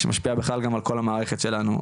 שמשפיעה בכלל גם על כל המערכת שלנו.